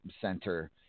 Center